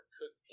cooked